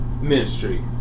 ministry